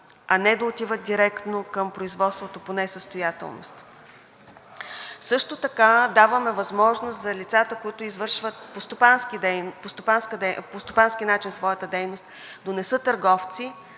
а не да отиват директно към производството по несъстоятелност. Също така даваме възможност за лицата, които извършват по стопански начин своята дейност да не са търговци,